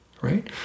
right